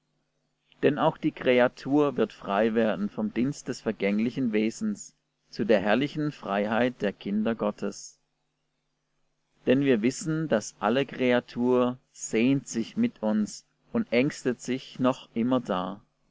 denn auch die kreatur wird frei werden vom dienst des vergänglichen wesens zu der herrlichen freiheit der kinder gottes denn wir wissen daß alle kreatur sehnt sich mit uns und ängstet sich noch immerdar